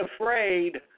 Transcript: afraid